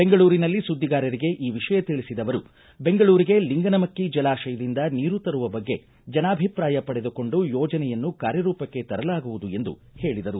ಬೆಂಗಳೂರಿನಲ್ಲಿ ಸುದ್ದಿಗಾರರಿಗೆ ಈ ವಿಷಯ ತಿಳಿಸಿದ ಅವರು ದೆಂಗಳೂರಿಗೆ ಲಿಂಗನಮಕ್ಕಿ ಜಲಾಶಯದಿಂದ ನೀರು ತರುವ ಬಗ್ಗೆ ಜನಾಭಿಪ್ರಾಯ ಪಡೆದುಕೊಂಡು ಯೋಜನೆಯನ್ನು ಕಾರ್ಯರೂಪಕ್ಕೆ ತರಲಾಗುವುದು ಎಂದು ಹೇಳಿದರು